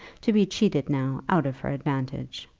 to be cheated now out of her advantage.